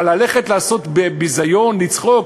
אבל ללכת לעשות ביזיון ולצחוק?